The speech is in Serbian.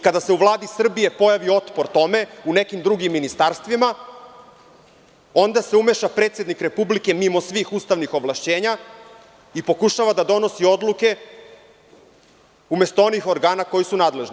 Kada se u Vladi Srbije pojavi otpor tome u nekim drugim ministarstvima, onda se umeša predsednik republike mimo svih ustavnih ovlašćenja i pokušava da donosi odluke umesto onih organa koji su nadležni.